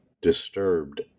disturbed